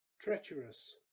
treacherous